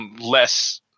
less